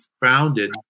founded